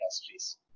industries